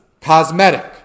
cosmetic